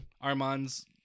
Armand's